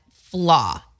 flaw